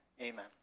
Amen